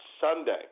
Sunday